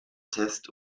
test